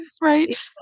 Right